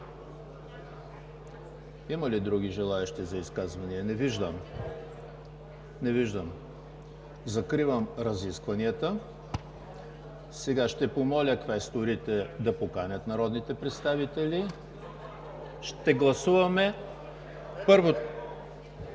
Има ли други желаещи за изказване? Не виждам. Закривам разискванията. Сега ще помоля квесторите да поканят народните представители. Ще гласуваме първото